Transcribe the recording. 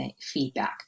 feedback